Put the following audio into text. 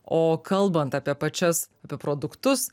o kalbant apie pačias apie produktus